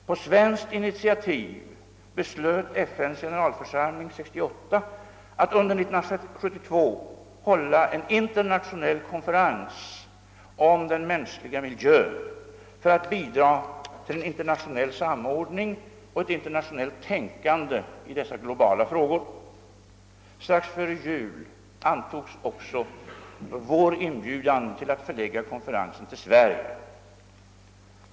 På svenskt initiativ beslöt FN:s generalförsamling 1968 att under 1972 hålla en internatio nell konferens om den mänskliga miljön för att bidra till en internationell samordning och ett internationellt tänkande i dessa globala frågor. Strax före jul antogs också vår inbjudan att förlägga konferensen till Sverige.